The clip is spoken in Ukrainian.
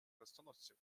хрестоносців